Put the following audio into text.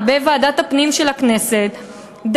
בוועדת הפנים של הכנסת,